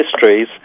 histories